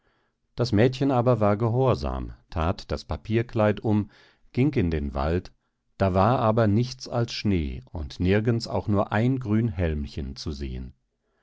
das mädchen aber war gehorsam that das papierkleid um ging in den wald da war aber nichts als schnee und nirgends auch nur ein grün hälmchen zu sehen